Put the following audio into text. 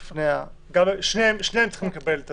אז שניהם צריכים לקבל?